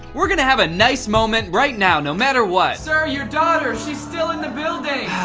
we're gonna have a nice moment right now, no matter what! sir, your daughter, she's still in the building! ah,